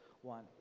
one